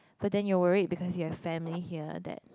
but then you're worried because you've family here that